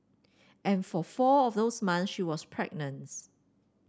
and for four of those months she was pregnant